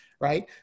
right